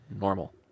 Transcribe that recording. normal